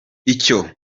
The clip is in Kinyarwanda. icyo